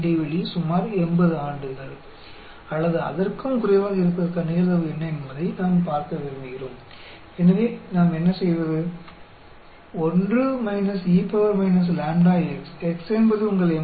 इसलिए हम यह देखना चाहते हैं कि क्या प्रोबेबिलिटी है कि क्रमिक म्यूटेशन के बीच का अंतराल लगभग 80 साल या उससे कम है